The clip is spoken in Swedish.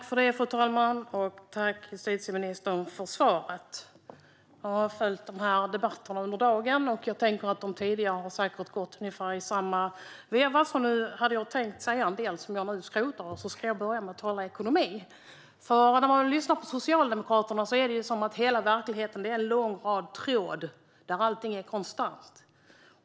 Fru talman! Tack, justitieministern, för svaret! Jag har följt den här debatten under dagen, och nu hade jag tänkt att börja med att tala om ekonomi. När man lyssnar på Socialdemokraterna är det som det går en lång tråd genom verkligheten där allting är konstant.